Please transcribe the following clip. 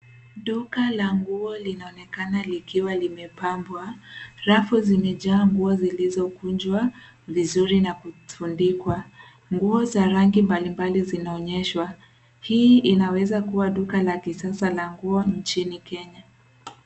Duka la nguo linaonekana likiwa limepambwa. Rafu zimejaa nguo zilizokunjwa vizuri na kutundikwa. Nguo za rangi mbalimbali zinaonyeshwa. Hii inaweza duka la kisasa la nguo nchini Kenya.